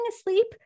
asleep